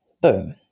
Boom